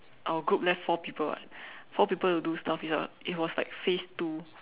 our group left four people [what] four people to do stuff is a it was like phase two